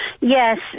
Yes